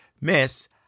Miss